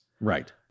Right